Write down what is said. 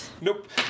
Nope